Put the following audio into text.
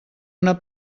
una